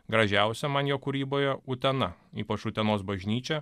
gražiausia man jo kūryboje utena ypač utenos bažnyčia